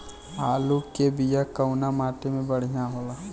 आलू के बिया कवना माटी मे बढ़ियां होला?